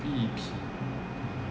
V_E_P